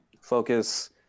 focus